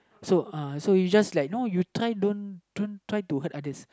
so uh so you just like you know you try don't don't try to hurt others